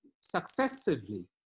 successively